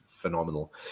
phenomenal